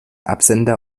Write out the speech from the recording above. absender